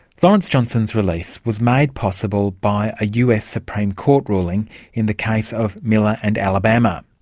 lawrence johnson's release was made possible by a us supreme court ruling in the case of miller and alabama.